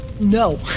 No